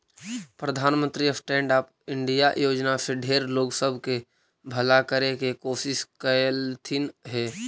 प्रधानमंत्री stand up India योजना से ढेर लोग सब के भला करे के कोशिश कयलथिन हे